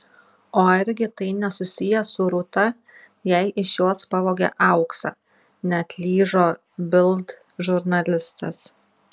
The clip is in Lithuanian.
o argi tai nesusiję su rūta jei iš jos pavogė auksą neatlyžo bild žurnalistas